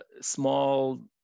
small